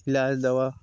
इलाज दवा